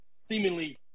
seemingly